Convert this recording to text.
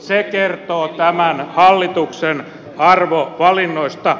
se kertoo tämän hallituksen arvovalinnoista